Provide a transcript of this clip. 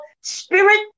spirit